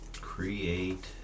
Create